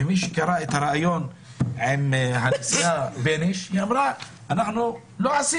מי שקרא את הראיון עם השופטת בייניש יכול לראות שהיא אמרה שלא נעשה